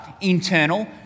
internal